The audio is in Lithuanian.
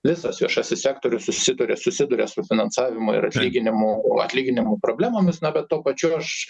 visas viešasis sektorius susiduria susiduria su finansavimu ir atlyginimų atlyginimų problemomis na bet tuo pačiu aš